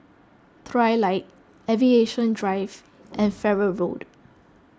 Trilight Aviation Drive and Farrer Road